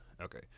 okay